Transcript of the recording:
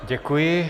Děkuji.